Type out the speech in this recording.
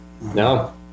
no